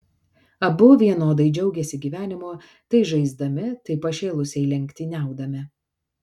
abu vienodai džiaugėsi gyvenimu tai žaisdami tai pašėlusiai lenktyniaudami